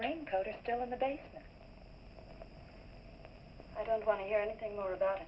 raincoat are still in the tank i don't want to hear anything more about